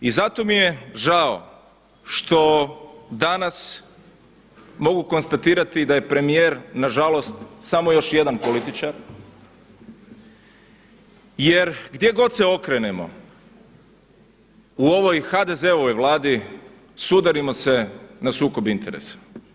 I zato mi je žao što danas mogu konstatirati da je premijer, nažalost samo još jedan političar jer gdje god se okrenemo u ovoj HDZ-ovoj Vladi sudarimo se na sukob interesa.